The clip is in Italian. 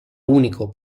unico